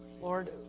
Lord